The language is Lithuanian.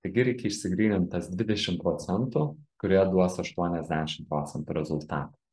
taigi reikia išsigrynint tas dvidešim procentų kurie duos aštuoniasdešim procentų rezultatą